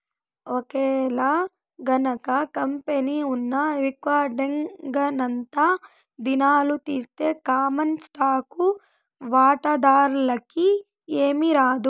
ఒకేలగనక కంపెనీ ఉన్న విక్వడేంగనంతా దినాలు తీస్తె కామన్ స్టాకు వాటాదార్లకి ఏమీరాదు